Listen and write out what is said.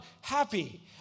happy